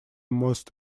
most